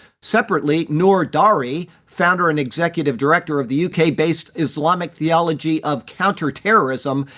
separately, noor dahri, founder and executive director of the uk-based islamic theology of counter terrorism,